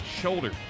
shoulder